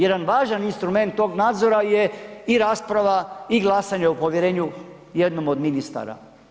Jedan važan instrument tog nadzora je i rasprava i glasanje o povjerenju jednom od ministara.